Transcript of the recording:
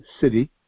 city